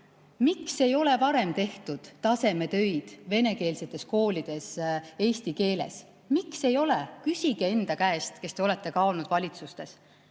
ei ole varem tehtud tasemetöid venekeelsetes koolides eesti keeles? Miks ei ole? Küsige enda käest, kes te olete ka olnud valitsustes.